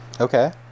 okay